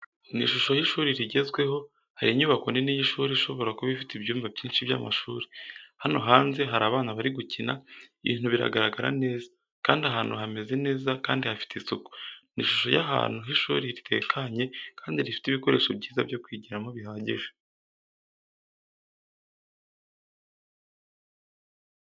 Ni ishusho y'ishuri rigezweho. Hari inyubako nini y'ishuri ishobora kuba ifite ibyumba byinshi by'amashuri. Hano hanze hari abana bari gukina, ibintu bigaragara neza, kandi ahantu hameze neza kandi hafite isuku. Ni ishusho y'ahantu h'ishuri ritekanye kandi rifite ibikoresho byiza byo kwigiramo bihagije.